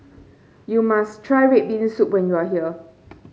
you must try red bean soup when you are here